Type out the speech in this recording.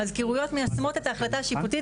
המזכירויות מיישמות את ההחלטה השיפוטית